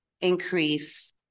increase